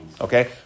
Okay